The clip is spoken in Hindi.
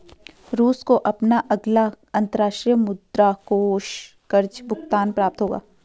रूस को अपना अगला अंतर्राष्ट्रीय मुद्रा कोष कर्ज़ भुगतान प्राप्त होगा